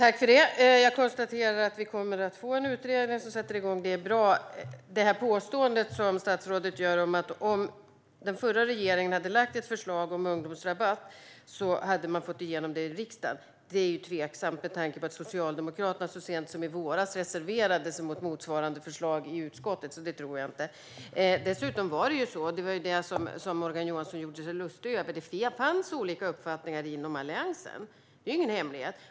Fru talman! Jag konstaterar att det tillsätts en utredning. Det är bra. Statsrådet påstår att om den förra regeringen hade lagt fram ett förslag när det gäller ungdomsrabatten hade man fått igenom det i riksdagen. Det är tveksamt, med tanke på att Socialdemokraterna så sent som i våras reserverade sig mot motsvarande förslag i utskottet. Det tror jag därför inte. Dessutom fanns det - som Morgan Johansson gjorde sig lustig över - olika uppfattningar inom Alliansen. Det är ingen hemlighet.